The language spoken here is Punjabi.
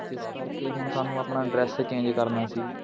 ਜਿਸ ਕਰਕੇ ਹੁਣ ਸਾਨੂੰ ਆਪਣਾ ਐਡਰੈਸ ਚੇਂਜ ਕਰਨਾ ਸੀ